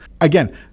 again